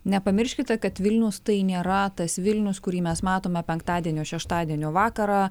nepamirškite kad vilnius tai nėra tas vilnius kurį mes matome penktadienio šeštadienio vakarą